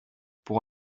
pour